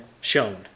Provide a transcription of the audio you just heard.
shown